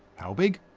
how big?